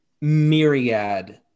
myriad